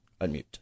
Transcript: Unmute